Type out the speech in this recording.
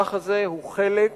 המהלך הזה הוא חלק